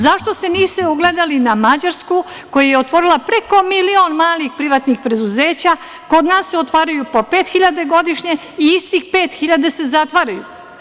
Zašto se niste ugledali na Mađarsku, koja je otvorila preko milion malih privatnih preduzeća, kod nas se otvaraju po pet hiljada godišnje i istih pet hiljada se zatvaraju.